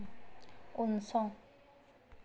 उनसं